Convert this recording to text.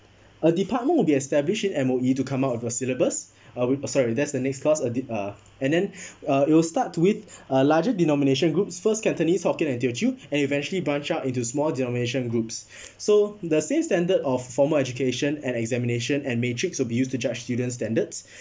a department will be established in M_O_E to come up with a syllabus uh sorry that's the next clause a di~ uh and then uh it'll start to with a larger denomination group first cantonese hokkien and teochew and eventually bunch up into small denomination group so the same standard of formal education and examination and matrix will be used to judge students' standards